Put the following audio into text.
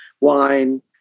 wine